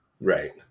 Right